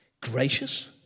Gracious